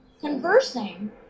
conversing